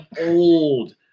old